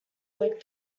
liked